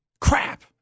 Crap